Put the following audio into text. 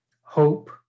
hope